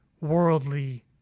worldly